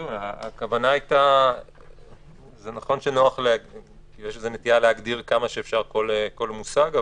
זה נכון שיש נטייה להגדיר כמה שאפשר כל מושג,